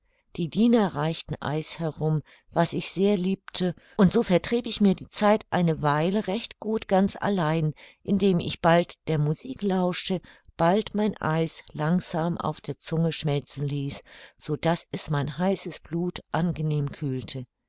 die diener reichten eis herum was ich sehr liebte und so vertrieb ich mir die zeit eine weile recht gut ganz allein indem ich bald der musik lauschte bald mein eis langsam auf der zunge schmelzen ließ so daß es mein heißes blut angenehm kühlte